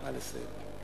נא לסיים.